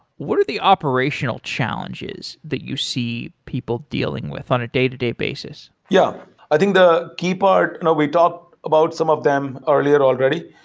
what are the operational challenges that you see people dealing with on a day-to-day basis? yeah. i think the key part, you know we talked about some of them earlier already.